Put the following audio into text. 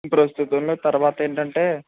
ప్రస్తుతంలో తర్వాతేంటంటే